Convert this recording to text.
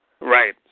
Right